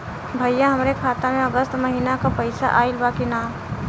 भईया हमरे खाता में अगस्त महीना क पैसा आईल बा की ना?